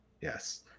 yes